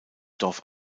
dorf